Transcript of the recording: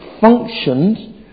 functioned